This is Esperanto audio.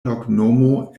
loknomo